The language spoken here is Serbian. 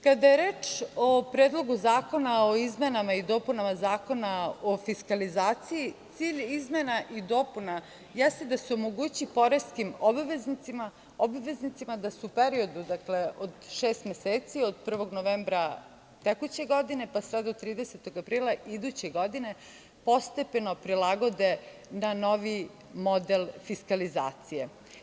Kada je reč o Predlogu zakona o izmenama i dopunama Zakona o fiskalizaciji cilj izmena i dopuna jeste da se omogući poreskim obveznicima da se u periodu od šest meseci od 1. novembra tekuće godine pa sve do 30. aprila iduće godine postepeno prilagode na novi model fiskalizacije.